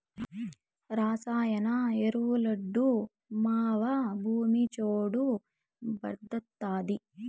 రసాయన ఎరువులొద్దు మావా, భూమి చౌడు భార్డాతాది